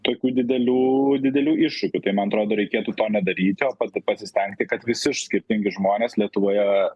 tokių didelių didelių iššūkių tai man atrodo reikėtų to nedaryti o pasi pasistengti kad visi skirtingi žmonės lietuvoje